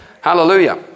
hallelujah